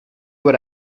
what